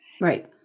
Right